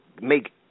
make